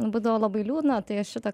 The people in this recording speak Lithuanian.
būdavo labai liūdna tai aš šitą